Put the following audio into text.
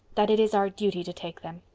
that it is our duty to take them.